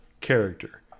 character